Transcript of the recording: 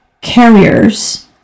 carriers